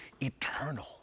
eternal